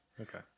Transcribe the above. Okay